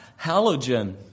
halogen